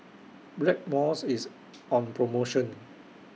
Blackmores IS on promotion